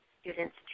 students